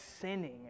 sinning